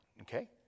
Okay